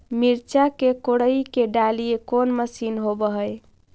मिरचा के कोड़ई के डालीय कोन मशीन होबहय?